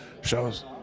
shows